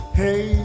hey